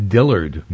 Dillard